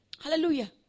Hallelujah